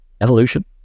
Evolution